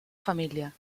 família